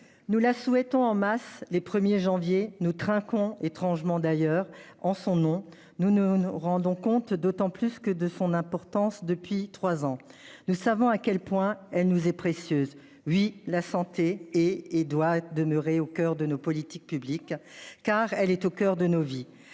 Nous la souhaitons en masse les 1er janvier, nous trinquons étrangement d'ailleurs en son nom. Nous, nous nous rendons compte d'autant plus que de son importance depuis 3 ans. Nous savons à quel point elle nous est précieuse. Oui la santé, est et doit demeurer au coeur de nos politiques publiques car elle est au coeur de nos vies,